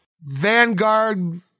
Vanguard